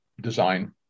design